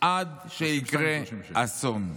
עד שיקרה אסון.